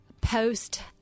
post